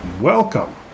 welcome